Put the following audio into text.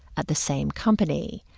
at the same company.